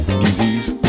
disease